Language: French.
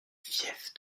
fief